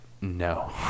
no